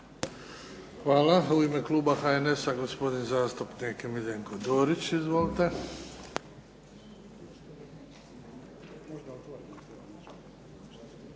Hvala. U ime kluba HNS-a, gospodin zastupnik Miljenko Dorić. Izvolite.